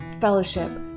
fellowship